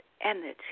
energy